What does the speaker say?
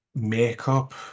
makeup